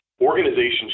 organizations